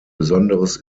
besonderes